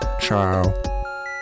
Ciao